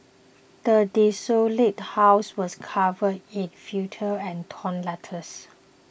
the desolated house was covered in filth and torn letters